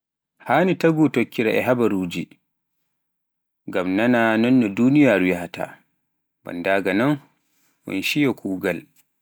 Haani taagu tokkotira e habaruuji, ngam nanaana nonnu duniyaaru yahataa, banndaga noon un shiiya kuugaal.